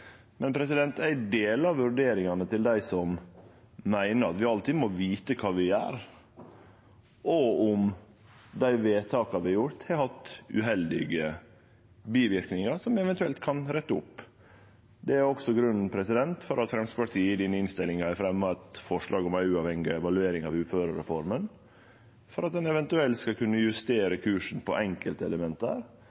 Eg deler vurderingane til dei som meiner at vi alltid må vite kva vi gjer, og om dei vedtaka vi har fatta, har hatt uheldige biverknader som ein eventuelt kan rette opp. Det er også grunnen til at Framstegspartiet i denne innstillinga har fremja eit forslag om ei uavhengig evaluering av uførereforma, for at ein eventuelt skal kunne